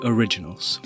Originals